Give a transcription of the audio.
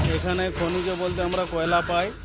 এখানে খনিজ বলতে আমরা কয়লা পাই